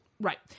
right